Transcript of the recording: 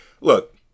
Look